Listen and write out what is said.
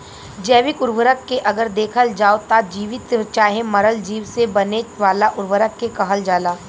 जैविक उर्वरक के अगर देखल जाव त जीवित चाहे मरल चीज से बने वाला उर्वरक के कहल जाला